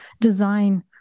design